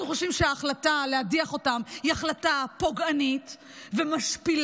אנחנו חושבים שההחלטה להדיח אותם היא החלטה פוגענית ומשפילה,